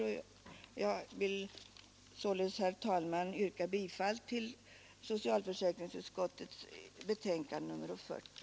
Jag vill, herr talman, yrka bifall till socialförsäkringsutskottets hemställan i dess betänkande nr 40.